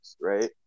Right